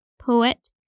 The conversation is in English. poet